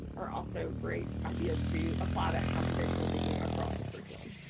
are also great ideas to apply that computational thinking across the curriculum.